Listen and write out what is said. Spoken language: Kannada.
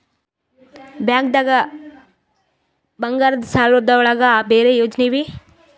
ಬ್ಯಾಂಕ್ದಾಗ ಬಂಗಾರದ್ ಸಾಲದ್ ಒಳಗ್ ಬೇರೆ ಯೋಜನೆ ಇವೆ?